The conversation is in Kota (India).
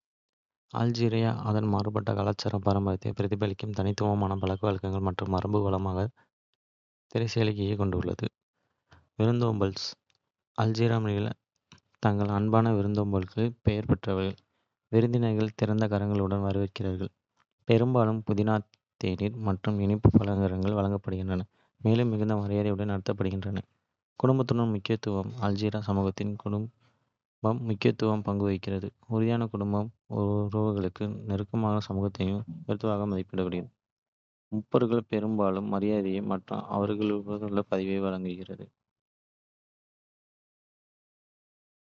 அல்ஜீரியா அதன் மாறுபட்ட கலாச்சார பாரம்பரியத்தை பிரதிபலிக்கும் தனித்துவமான பழக்கவழக்கங்கள் மற்றும் மரபுகளின் வளமான திரைச்சீலையைக் கொண்டுள்ளது. இங்கே ஒரு சில உதாரணங்கள். விருந்தோம்பல், அல்ஜீரியர்கள் தங்கள் அன்பான விருந்தோம்பலுக்கு பெயர் பெற்றவர்கள். விருந்தினர்கள் திறந்த கரங்களுடன் வரவேற்கப்படுகிறார்கள், பெரும்பாலும் புதினா தேநீர் மற்றும் இனிப்பு பலகாரங்கள் வழங்கப்படுகின்றன, மேலும் மிகுந்த மரியாதையுடன் நடத்தப்படுகிறார்கள். குடும்பத்தின் முக்கியத்துவம் அல்ஜீரிய சமூகத்தில் குடும்பம் முக்கிய பங்கு வகிக்கிறது. உறுதியான குடும்ப உறவுகளும் நெருக்கமான சமுதாயங்களும் உயர்வாக மதிக்கப்படுகின்றன, மூப்பர்கள் பெரும்பாலும் மரியாதைக்குரிய மற்றும் அதிகாரமுள்ள பதவிகளை வகிக்கிறார்கள். ரமலான், இந்த புனித மாதம் அல்ஜீரியாவில் ஒரு குறிப்பிடத்தக்க நேரம், முஸ்லிம்கள் காலை முதல் மாலை வரை நோன்பு நோற்கின்றனர். இது பிரதிபலிப்பு, பிரார்த்தனை மற்றும் சமூகக் கூட்டங்களுக்கான நேரம்.